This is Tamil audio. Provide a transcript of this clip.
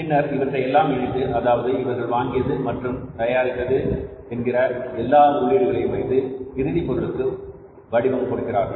பின்னர் இவற்றை எல்லாம் இணைத்து அதாவது இவர்கள் வாங்கியது மற்றும் தயாரித்தது என்கிற எல்லா உள்ளீடுகளையும் வைத்து இறுதிப் பொருளுக்கு வடிவம் கொடுக்கிறார்கள்